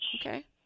Okay